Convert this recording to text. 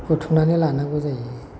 बुथुमनानै लानांगौ जायो